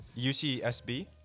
UCSB